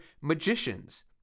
magicians